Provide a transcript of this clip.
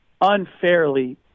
unfairly